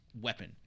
weapon